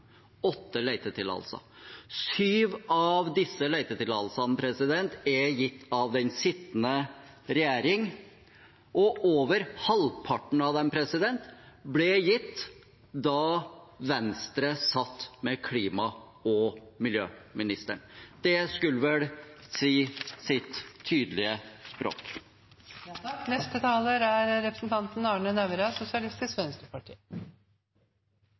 åtte letetillatelser. Syv av disse letetillatelsene er gitt av den sittende regjering, og over halvparten av dem ble gitt da Venstre satt med klima- og miljøministeren. Det skulle vel si sitt og tale sitt tydelige språk. SV er